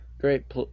great